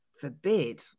forbid